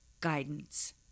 guidance